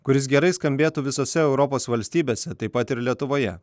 kuris gerai skambėtų visose europos valstybėse taip pat ir lietuvoje